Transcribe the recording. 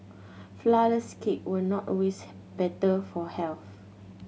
flourless cake were not always better for health